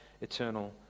eternal